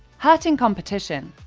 hurting competition.